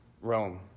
Rome